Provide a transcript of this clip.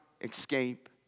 escape